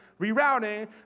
Rerouting